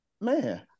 man